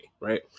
right